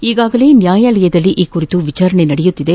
ಈಗಾಗಲೇ ನ್ನಾಯಾಲಯದಲ್ಲಿ ಈ ಕುರಿತು ವಿಚಾರಣೆ ನಡೆಯುತ್ತಿದೆ